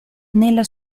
nella